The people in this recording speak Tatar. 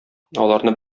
аларны